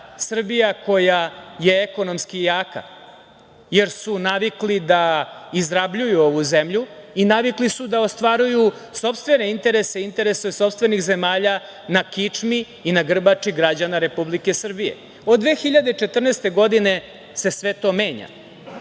koja je ekonomski jaka, jer su navikli da izrabljuju ovu zemlju i navikli su da ostvaruju sopstvene interese, interese sopstvenih zemalja na kičmi i na grbači građana Republike Srbije. Od 2014. godine se sve to menja